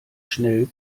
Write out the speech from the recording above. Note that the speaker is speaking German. schnell